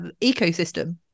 ecosystem